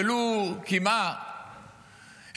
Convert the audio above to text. ולו קמעה,